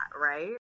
right